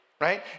Right